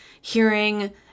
hearing